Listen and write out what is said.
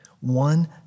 One